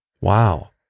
wow